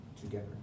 together